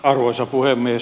arvoisa puhemies